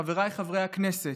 חבריי חברי הכנסת,